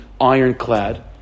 ironclad